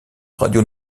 radio